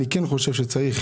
אני כן חושב שצריך